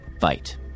fight